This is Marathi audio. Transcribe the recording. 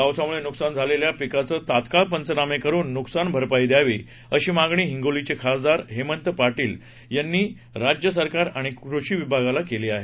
पावसामुळे नुकसान झालेल्या पिकाचे तात्काळ पंचनामे करून नुकसान भरपाई द्यावी अशी मागणी हिंगोलीचे खासदार हेमंत पाटील यांनी राज्य सरकार आणि कृषी विभागाला केली आहे